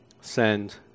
send